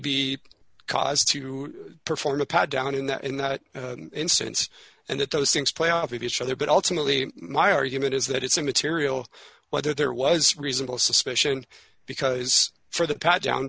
be cause to perform a pat down in that in that instance and that those things play off of each other but ultimately my argument is that it's immaterial whether there was reasonable suspicion because for the pat down